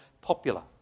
popular